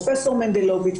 פרופ' מנדלוביץ',